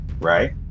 Right